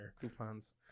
Coupons